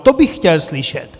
To bych chtěl slyšet.